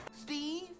Steve